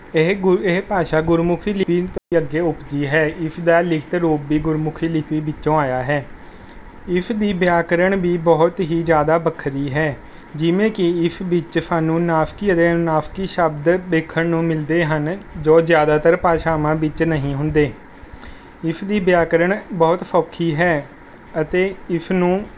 ਇਹ ਗੁਰ ਭਾਸ਼ਾ ਗੁਰਮੁੱਖੀ ਲਿਪੀ ਤੋਂ ਅੱਗੇ ਉਪਜੀ ਹੈ ਇਸ ਦਾ ਲਿਖਤ ਰੂਪ ਵੀ ਗੁਰਮੁੱਖੀ ਲਿਪੀ ਵਿੱਚੋਂ ਆਇਆ ਹੈ ਇਸ ਦੀ ਵਿਆਕਰਨ ਵੀ ਬਹੁਤ ਹੀ ਜ਼ਿਆਦਾ ਵੱਖਰੀ ਹੈ ਜਿਵੇਂ ਕਿ ਇਸ ਵਿੱਚ ਸਾਨੂੰ ਨਾਸਕੀ ਨਾਸਕੀ ਸ਼ਬਦ ਵੇਖਣ ਨੂੰ ਮਿਲਦੇ ਹਨ ਜੋ ਜ਼ਿਆਦਾਤਰ ਭਾਸ਼ਾਵਾਂ ਵਿੱਚ ਨਹੀਂ ਹੁੰਦੇ ਇਸ ਦੀ ਵਿਆਕਰਨ ਬਹੁਤ ਸੌਖੀ ਹੈ ਅਤੇ ਇਸ ਨੂੰ